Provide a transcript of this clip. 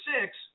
six